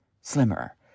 slimmer